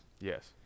Yes